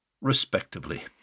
respectively